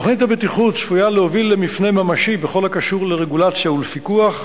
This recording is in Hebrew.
תוכנית הבטיחות צפויה להוביל למפנה ממשי בכל הקשור לרגולציה ולפיקוח,